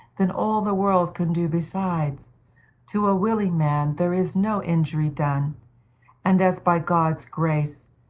than all the world can do besides to a willing man there is no injury done and as by god's grace,